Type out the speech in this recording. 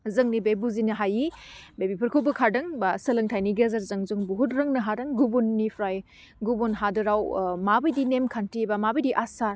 जोंनि बे बुजिनो हायै बे बिफोरखौ बोखारदों बा सोलोंथाइनि गेजेरजों जों बुहुत रोंनो हादों गुबुननिफ्राय गुबुन हादोराव ओह माबायदि नेम खान्थि बा माबादि आसार